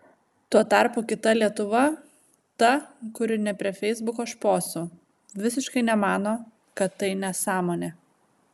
tuo tarpu kita lietuva ta kuri ne prie feisbuko šposų visiškai nemano kad tai nesąmonė